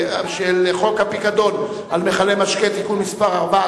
חוק הפיקדון על מכלי משקה (תיקון מס' 4),